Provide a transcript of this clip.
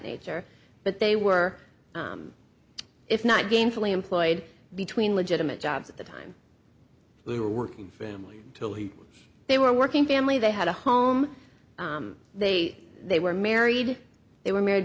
nature but they were if not gainfully employed between legitimate jobs at the time we were working for him till he they were working family they had a home they they were married they were married